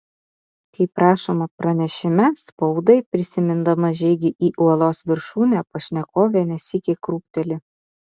kaip rašoma pranešime spaudai prisimindama žygį į uolos viršūnę pašnekovė ne sykį krūpteli